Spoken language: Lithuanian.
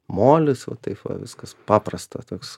molis va taip va viskas paprasta toks